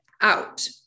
out